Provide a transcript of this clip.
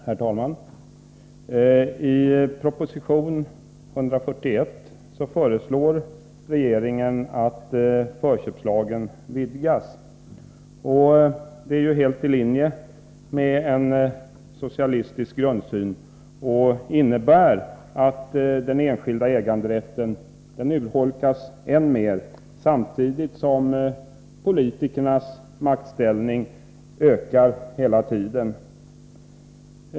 Herr talman! I proposition 141 föreslår regeringen att förköpslagen skall vidgas. Detta är ju helt i linje med en socialistisk grundsyn och innebär att den enskilda äganderätten än mer urholkas, samtidigt som politikernas maktställning hela tiden utökas.